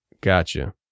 Gotcha